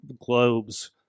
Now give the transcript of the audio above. globes